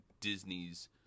Disney's